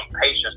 patience